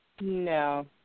No